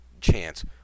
chance